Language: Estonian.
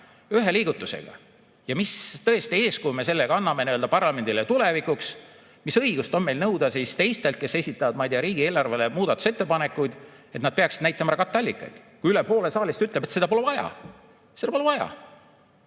ühe liigutusega. Tõesti, mis eeskuju me sellega anname parlamendile tulevikuks? Mis õigust on meil nõuda teistelt, kes esitavad, ma ei tea, riigieelarve kohta muudatusettepanekuid, et nad peaksid näitama ära katteallikaid, kui üle poole saalist ütleb, et seda pole vaja? Seda pole vaja! Ja